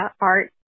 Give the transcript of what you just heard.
art